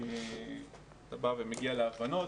שאתה בא ומכיר להבנות